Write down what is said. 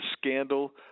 scandal